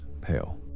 pale